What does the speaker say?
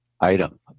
item